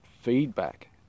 feedback